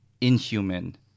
inhuman